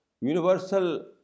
universal